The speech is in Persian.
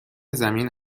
زمین